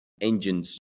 engines